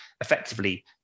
effectively